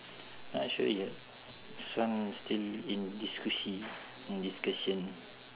not sure yet this one still in discushy~ in discussion